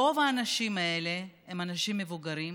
רוב האנשים האלה הם אנשים מבוגרים,